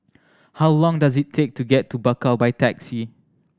how long does it take to get to Bakau by taxi